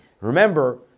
Remember